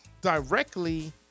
directly